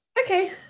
Okay